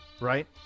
Right